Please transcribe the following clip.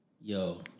Yo